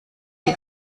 sie